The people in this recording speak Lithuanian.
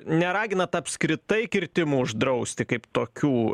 neraginat apskritai kirtimų uždrausti kaip tokių